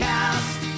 Cast